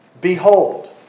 Behold